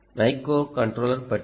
microcontroller பற்றியும்